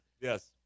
Yes